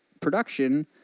production